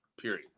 period